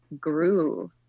groove